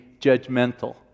judgmental